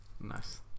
Nice